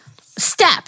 step